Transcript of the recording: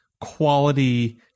quality